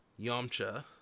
Yamcha